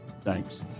Thanks